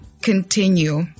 Continue